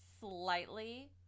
slightly